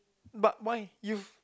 but why you've